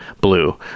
blue